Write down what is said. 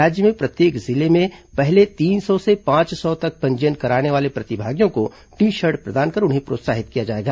राज्य में प्रत्येक जिले में पहले तीन सौ से पांच सौ तक पंजीयन कराने वाले प्रतिभागियों को टी शर्ट प्रदान कर उन्हें प्रोत्साहित किया जाएगा